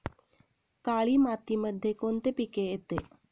काळी मातीमध्ये कोणते पिके येते?